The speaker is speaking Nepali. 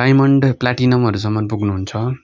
डायमन्ड र प्ल्याटिनमहरू सम्मन पुग्नु हुन्छ